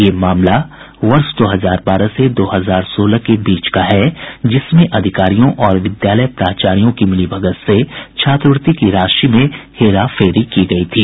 यह मामला वर्ष दो हजार बारह से दो हजार सोलह के बीच का है जिसमें अधिकारियों और विद्यालय प्राचार्यों की मिलीभगत से छात्रवृत्ति की राशि की हेराफरी की गई थी